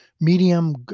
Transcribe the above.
medium